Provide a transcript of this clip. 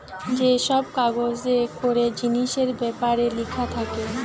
যে সব কাগজে করে জিনিসের বেপারে লিখা থাকে